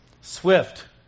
swift